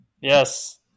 Yes